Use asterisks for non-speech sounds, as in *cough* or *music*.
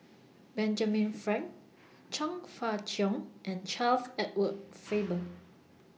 Benjamin Frank Chong Fah Cheong and Charles Edward Faber *noise*